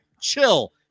chill